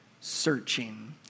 searching